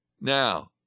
Now